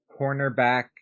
cornerback